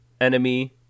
Enemy